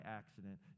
accident